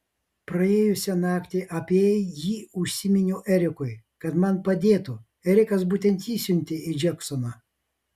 praėjusią naktį apie jį užsiminiau erikui kad man padėtų erikas būtent jį siuntė į džeksoną